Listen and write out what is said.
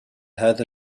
هذا